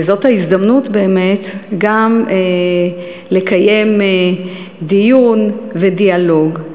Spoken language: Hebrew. וזאת ההזדמנות באמת גם לקיים דיון ודיאלוג.